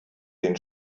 den